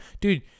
Dude